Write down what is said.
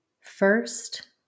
first